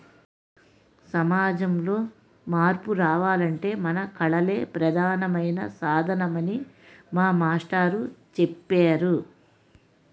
సమాజంలో మార్పు రావాలంటే మన కళలే ప్రధానమైన సాధనమని మా మాస్టారు చెప్పేరు